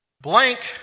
Blank